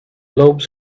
lobes